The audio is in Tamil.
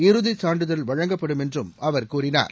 இறுதிச் சான்றிதழ் வழங்கப்படும் என்றும் அவர் கூறினார்